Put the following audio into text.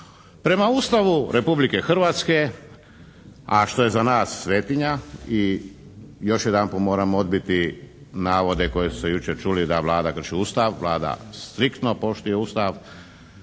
Prema Ustavu Republike Hrvatske, a što je za nas svetinja i još jedanput moram odbiti navode koji su se jučer čuli da Vlada krši Ustav. Vlada striktno poštuje Ustav.